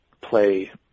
play